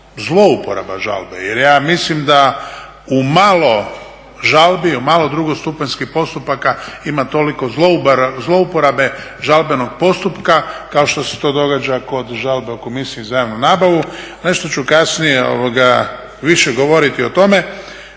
zlouporaba žalbe, jer ja mislim da u malo žalbi, u malo drugostupanjskih postupaka ima toliko zlouporabe žalbenog postupka kao što se to događa kod žalbe u Komisiji za javnu nabavu. Nešto ću kasnije više govoriti o tome.